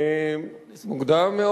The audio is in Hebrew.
עוד מוקדם.